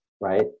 right